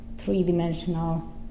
three-dimensional